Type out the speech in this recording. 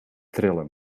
trillen